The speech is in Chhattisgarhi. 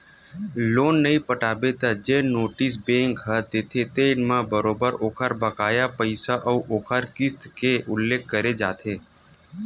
लोन नइ पटाबे त जेन नोटिस बेंक ह देथे तेन म बरोबर ओखर बकाया पइसा अउ ओखर किस्ती के उल्लेख करे जाथे